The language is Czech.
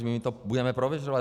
My to budeme prověřovat.